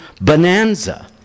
bonanza